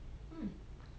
hmm